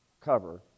cover